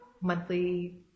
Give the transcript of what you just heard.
monthly